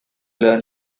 learn